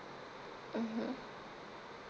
mmhmm